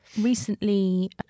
Recently